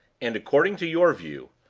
and, according to your view,